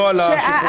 לא על שחרור אסירים.